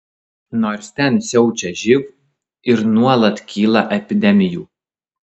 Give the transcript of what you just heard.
nors ten siaučia živ ir nuolat kyla epidemijų